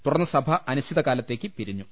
തുടർന്ന് സഭ അനി ശ്ചിത കാലത്തേക്ക് പിരിഞ്ഞു